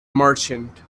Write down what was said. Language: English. merchant